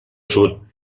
sud